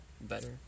better